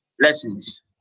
lessons